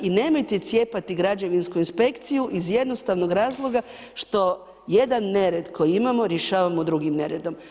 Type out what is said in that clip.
I nemojte cijepati građevinsku inspekciju iz jednostavnog razloga što jedan nered koji imamo rješavamo drugim neredom.